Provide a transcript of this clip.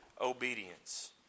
Obedience